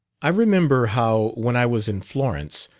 i remember how, when i was in florence,